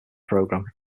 program